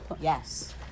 Yes